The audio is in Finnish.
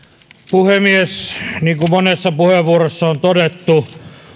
puhemies niin kuin monessa puheenvuorossa on todettu